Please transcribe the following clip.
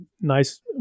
nice